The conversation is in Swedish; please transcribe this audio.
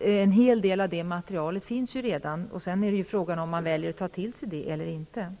En hel del av det materialet finns redan. Sedan är det fråga om ifall man väljer att ta det till sig eller inte.